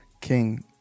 king